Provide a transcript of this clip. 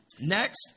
next